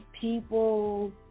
people